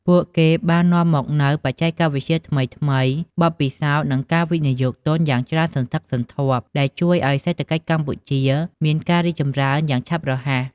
ពួកគេបាននាំយកមកនូវបច្ចេកវិទ្យាថ្មីៗ បទពិសោធន៍និងការវិនិយោគទុនយ៉ាងច្រើនសន្ធឹកសន្ធាប់ដែលជួយឱ្យសេដ្ឋកិច្ចកម្ពុជាមានការរីកចម្រើនយ៉ាងឆាប់រហ័ស។